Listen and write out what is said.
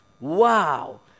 Wow